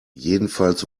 jedenfalls